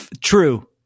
True